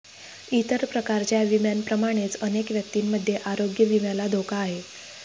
इतर प्रकारच्या विम्यांप्रमाणेच अनेक व्यक्तींमध्ये आरोग्य विम्याला धोका आहे